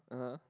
(uh huh)